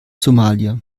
somalia